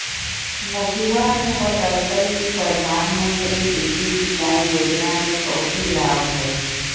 मुखिवा ने बतल कई कि प्रधानमंत्री कृषि सिंचाई योजना के काउची लाभ हई?